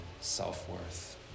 self-worth